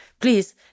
please